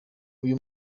uyu